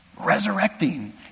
resurrecting